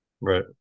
Right